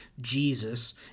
Jesus